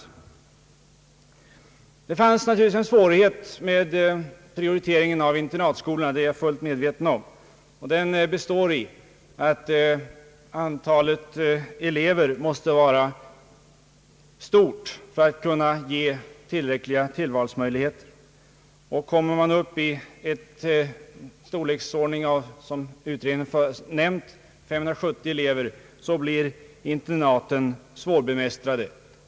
Jag är fullt medveten om att det finns en svårighet förbunden med priori teringen av internatskolorna här i landet. Den består i att antalet elever måste vara stort för att tillräckliga tillvalsmöjligheter skall finnas. Kommer man upp i den storleksordning som utredningen har nämnt, 570 elever, blir internaten svårbemästrade.